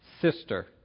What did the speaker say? sister